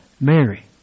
Mary